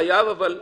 לא חייב, אבל יכול.